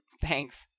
Thanks